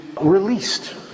released